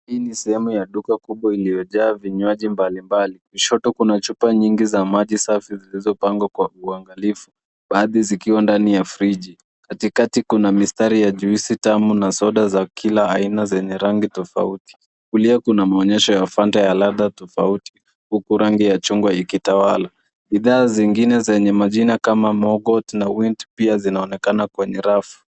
Hii ni sehemu ya duka kubwa iliyojaa vinywaji mbalimbali. Kushoto kuna chupa nyingi za maji safi zilizopangwa kwa uangalifu baadhi zikiwa ndani ya friji. Katikati kuna mistari ya juisi tamu na soda za kila aina zanye rangi tofauti. Kulia kuna maonyesho ya fanta zenye ladha tofauti huku rangi ya chungwa ikitawala. Bidhaa zingine zenye majina kama mogot na wint pia zinaonekana kwenye rafu.